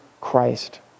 Christ